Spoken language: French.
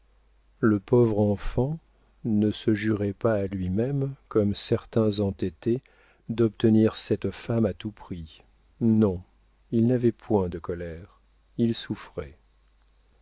le pauvre enfant ne se jurait pas à lui-même comme certains entêtés d'obtenir cette femme à tout prix non il n'avait point de colère il souffrait